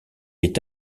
est